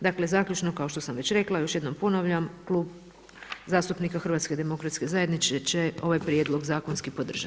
Dakle, zaključno, kao što sam već rekla još jednom ponavljam, Klub zastupnika HDZ-a će ovaj prijedlog zakonski podržati.